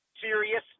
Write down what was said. serious